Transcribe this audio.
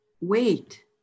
wait